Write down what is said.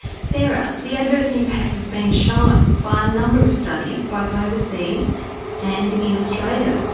sarah, the adverse impacts have been shown by a number of studies, both overseas and in australia.